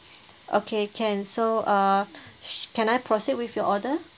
okay can so uh can I proceed with your order